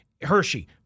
Hershey